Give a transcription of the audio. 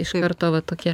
iš karto va tokie